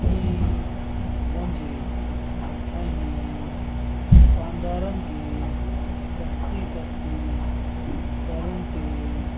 कई वञिजे ऐं दुकानदारनि खे सस्ती सस्ती दरुनि ते